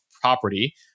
property